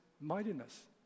mightiness